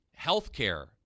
healthcare